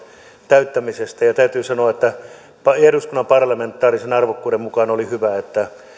täyttämisestä täytyy sanoa että eduskunnan parlamentaarisen arvokkuuden mukaan oli hyvä että